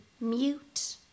Mute